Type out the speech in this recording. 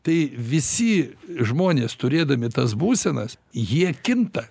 tai visi žmonės turėdami tas būsenas jie kinta